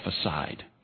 aside